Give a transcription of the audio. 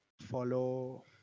follow